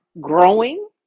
growing